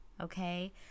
Okay